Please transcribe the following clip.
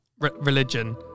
religion